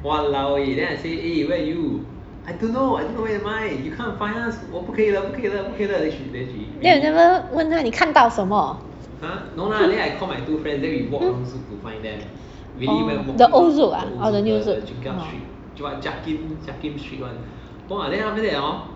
then you never 问她你看到什么 oh the old zouk ah or the new one